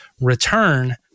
return